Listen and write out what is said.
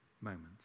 moments